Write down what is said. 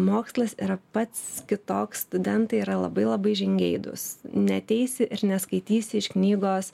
mokslas yra pats kitoks studentai yra labai labai žingeidūs neateisi ir neskaitysi iš knygos